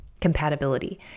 compatibility